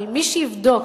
אבל מי שיבדוק,